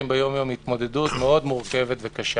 ביומיום היא התמודדות מאוד מורכבת וקשה.